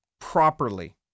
properly